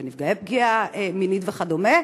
של נפגעי פגיעה מינית וכדומה: